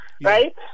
right